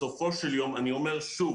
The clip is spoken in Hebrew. אני אומר שוב,